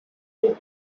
del